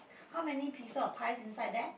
how many pieces of pies inside there